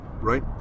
right